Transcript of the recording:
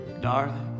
darling